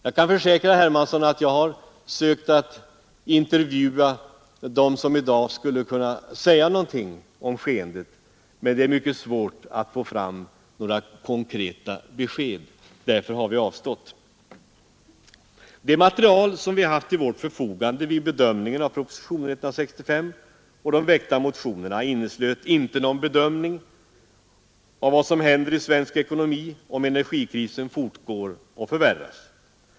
Jag kan försäkra herr Hermansson att jag har sökt att intervjua dem som skulle kunna säga någonting men det har varit svårt att få fram några konkreta besked. Därför har vi avstått. Det material som vi haft till vårt förfogande vid bedömningen av propositionen 165 och de väckta motionerna inneslöt inte någon bedömning av vad som händer i svensk ekonomi om energikrisen fortgår och förvärras.